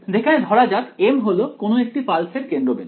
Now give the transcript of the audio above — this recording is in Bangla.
যেখানে ধরা যাক m হল কোনও একটি পালসের কেন্দ্রবিন্দু